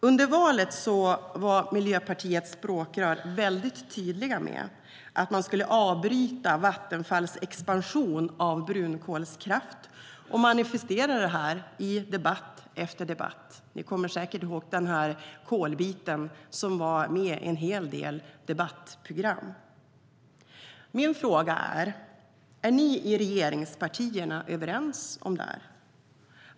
Under valet var Miljöpartiets språkrör väldigt tydliga med att man skulle avbryta Vattenfalls expansion av brunkolskraft. Man manifesterade det i debatt efter debatt - ni kommer säkert ihåg kolbiten som var med i en hel del debattprogram. Min fråga är: Är ni i regeringspartierna överens om detta?